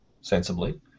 sensibly